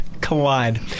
collide